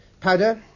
Powder